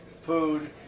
food